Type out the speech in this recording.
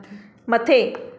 मथे